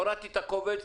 הורדתי את הקובץ,